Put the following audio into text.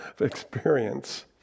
experience